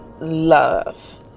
love